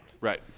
Right